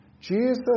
Jesus